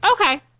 okay